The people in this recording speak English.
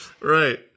Right